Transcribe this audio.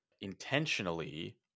intentionally